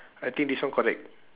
I think this one correct